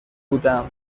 بودم